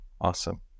awesome